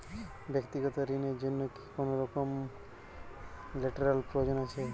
ব্যাক্তিগত ঋণ র জন্য কি কোনরকম লেটেরাল প্রয়োজন আছে?